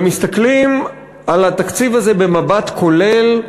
ומסתכלים על התקציב הזה במבט כולל,